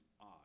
odd